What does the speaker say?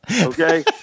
okay